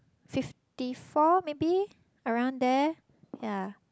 fifty four maybe around there ya